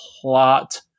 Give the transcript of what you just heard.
plot